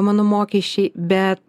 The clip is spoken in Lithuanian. mano mokesčiai bet